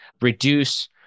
reduce